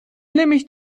nämlich